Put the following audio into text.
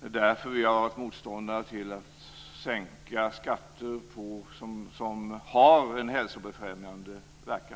Det är därför vi har varit motståndare till att sänka skatter som har en hälsobefrämjande verkan.